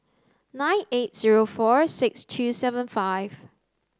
nine eight zero four six two seven five